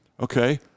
okay